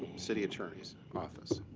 city attorney's office.